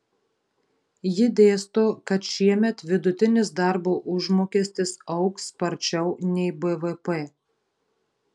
ji dėsto kad šiemet vidutinis darbo užmokestis augs sparčiau nei bvp